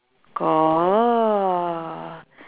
got